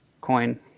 coin